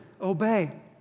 obey